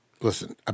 Listen